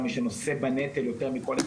מעמד הביניים הוא זה שנושא בנטל יותר מכול.